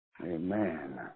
Amen